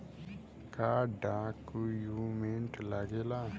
का डॉक्यूमेंट लागेला?